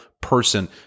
person